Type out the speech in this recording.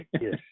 yes